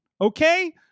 Okay